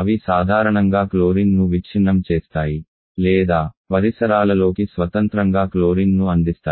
అవి సాధారణంగా క్లోరిన్ను విచ్ఛిన్నం చేస్తాయి లేదా పరిసరాలలోకి స్వతంత్రంగా క్లోరిన్ను అందిస్తాయి